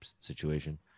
situation